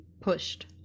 pushed